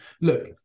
Look